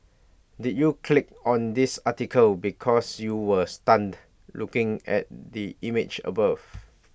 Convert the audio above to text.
did you click on this article because you were stunned looking at the image above